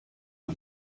der